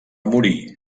morir